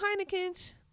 Heineken's